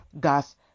gas